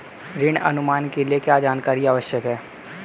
ऋण अनुमान के लिए क्या जानकारी आवश्यक है?